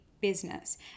business